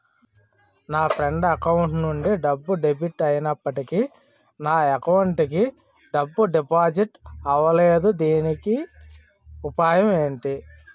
నా friend account నుండి డబ్బు డెబిట్ అయినప్పటికీ నా అకౌంట్ కి డబ్బు డిపాజిట్ అవ్వలేదుదీనికి ఉపాయం ఎంటి?